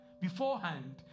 beforehand